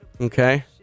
Okay